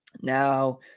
Now